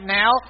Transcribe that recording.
now